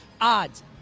odds